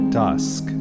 dusk